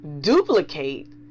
duplicate